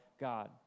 God